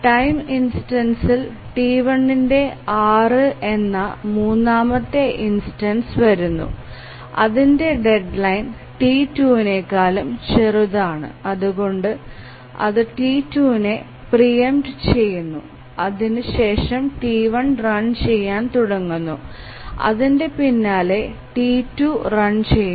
time ഇൻസ്റ്റൻസിൽ T1ന്ടെ 6 എന്ന മൂന്നാമത്തെ ഇൻസ്റ്റൻസ് വരുന്നു അതിന്ടെ ഡെഡ്ലൈൻ T2നെകാളും ചെറുത് ആണ് അതുകൊണ്ട് അതു T2നേ പ്രീ എംപ്ട് ചെയുന്നു അതിനു ശേഷം T1 റൺ ചെയാൻ തുടങ്ങുന്നു അതിന്ടെ പിന്നിൽ T2 റൺ ചെയുന്നു